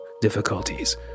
difficulties